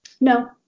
No